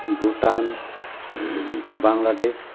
Bhutan Bangladesh